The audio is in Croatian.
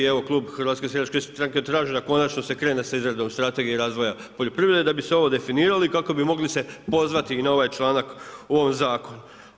Evo klub HSS-a traži da konačno se krene sa izradom strategije razvoja poljoprivrede da biste ovo definirali kako bi mogli se pozvati na ovaj članak u ovom zakonu.